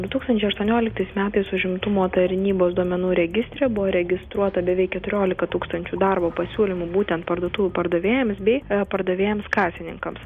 du tūkstančiai aštuonioliktais metais užimtumo tarnybos duomenų registre buvo registruota beveik keturiolika tūkstančių darbo pasiūlymų būtent parduotuvių pardavėjams bei pardavėjams kasininkams